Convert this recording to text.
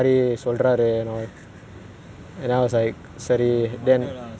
orh no wonder lah so it's not related to the heat at all lah ah